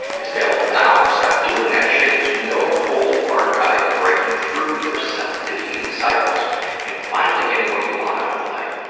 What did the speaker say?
it's available now. stop doing that shit is a no-holds-barred guide to breaking through your self-defeating cycles and finally getting what you want out of life.